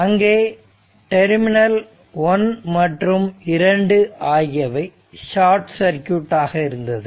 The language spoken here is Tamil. அங்கே டெர்மினல் 1 மற்றும் 2 ஆகியவை ஷார்ட் சர்க்யூட் ஆக இருந்தது